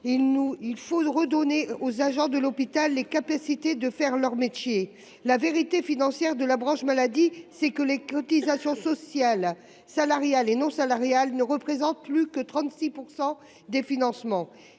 Il faut redonner aux agents de l'hôpital la capacité de faire leur métier. La vérité financière de la branche maladie, c'est que les cotisations sociales, salariales et non salariales, ne représentent plus que 36 % des financements.